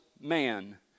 man